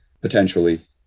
potentially